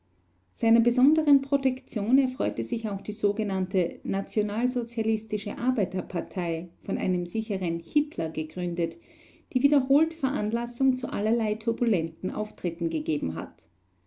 seiner besonderen protektion erfreute sich auch die sogenannte nationalsozialistische arbeiterpartei von einem sicheren hitler gegründet die wiederholt veranlassung zu allerlei turbulenten auftritten gegeben hat